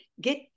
get